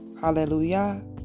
hallelujah